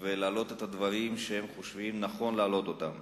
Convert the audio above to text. ולהעלות את הדברים שהם חושבים שנכון להעלות אותם.